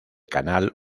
canal